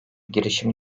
girişim